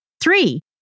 Three